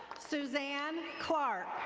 suzanne clark.